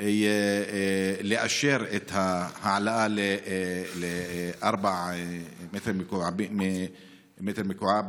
לאשר את ההעלאה ל-4 מטר מעוקב